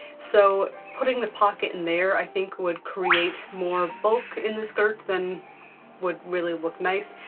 so putting the pocket in there, i think would create more bulk in the skirt than would really look nice.